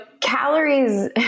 calories